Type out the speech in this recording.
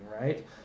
right